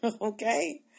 okay